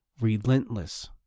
relentless